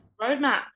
roadmap